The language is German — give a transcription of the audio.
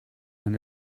ein